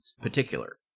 particular